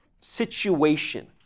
situation